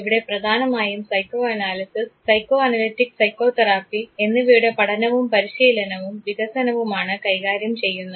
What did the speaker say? ഇവിടെ പ്രധാനമായും psychoanalysis psychoanalytic psychotherapy എന്നിവയുടെ പഠനവും പരിശീലനവും വികസനവുമാണ് കൈകാര്യം ചെയ്യുന്നത്